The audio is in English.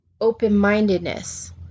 open-mindedness